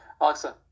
Alexa